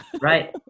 Right